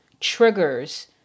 triggers